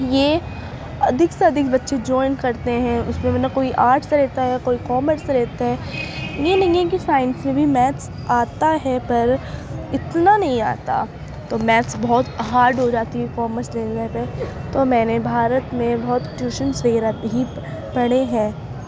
یہ ادھک سے ادھک بچے جوائن کرتے ہیں اس میں مطلب کوئی آرٹ سے رہتا ہے کوئی کامرس سے رہتا ہے یہ نہیں ہے کہ سائنس میں بھی میتھس آتا ہے پر اتنا نہیں آتا تو میتھس بہت ہارڈ ہو جاتی ہے کامرس لینے پہ تو میں نے بھارت میں بہت ٹیوشنس وغیرہ ہی پڑھے ہیں